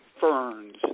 ferns